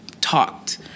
talked